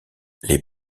les